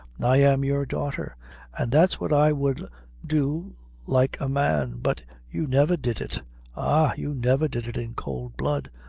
and i am your daughter and that's what i would do like a man. but you never did it ah! you never did it in cowld blood,